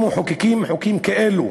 לא מחוקקים חוקים כאלו.